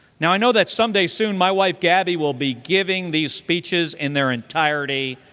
now, i know that someday soon, my wife gabby will be giving these speeches in their entirety.